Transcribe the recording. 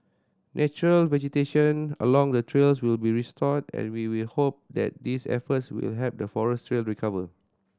natural vegetation along the trails will be restored and we will hope that these efforts will help the forest trail recover